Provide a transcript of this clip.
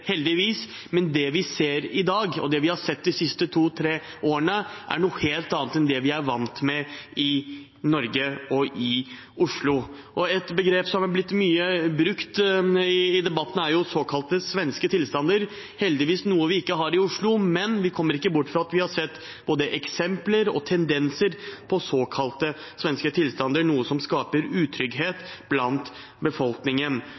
heldigvis, men det vi ser i dag, og som vi har sett de siste to– tre årene, er noe helt annet enn det vi er vant med i Norge og i Oslo. Et begrep som har vært mye brukt i debatten, er såkalte svenske tilstander. Det er heldigvis noe vi ikke har i Oslo, men vi kommer ikke bort fra at vi har sett både eksempler og tendenser til såkalte svenske tilstander, noe som skaper utrygghet blant befolkningen.